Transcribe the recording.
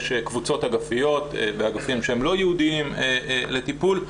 יש קבוצות אגפיות באגפים שהם לא ייעודיים לטיפול.